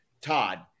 Todd